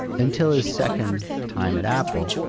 until his second time at apple.